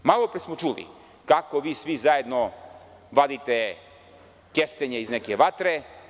Malopre smo čuli kako vi svi zajedno vadite kestenje iz neke vatre.